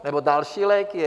Nebo další léky?